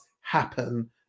happen